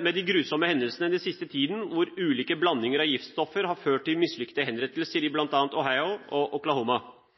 med de grusomme hendelsene den siste tiden, hvor ulike blandinger av giftstoffer har ført til mislykkede henrettelser i bl.a. Ohio og Oklahoma.